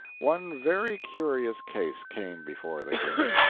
one very curious case came before the king.